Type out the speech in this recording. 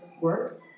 work